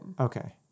Okay